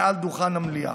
מעל דוכן המליאה.